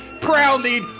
Proudly